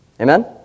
Amen